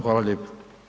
Hvala lijepa.